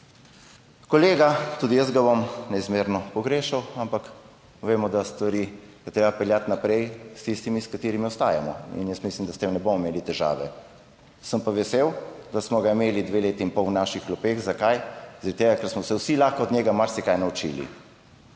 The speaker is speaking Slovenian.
kolega, tudi jaz ga bom neizmerno pogrešal, ampak vemo, da stvari je treba peljati naprej s tistimi, s katerimi ostajamo. In jaz mislim, da s tem ne bomo imeli težave. Sem pa vesel, da smo ga imeli dve leti in pol v svojih klopeh. Zakaj? Zaradi tega, ker smo se vsi lahko od njega marsikaj naučili.